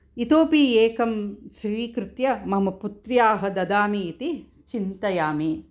इतोपि एकं स्वीकृत्य मम पुत्र्याः ददामि इति चिन्तयामि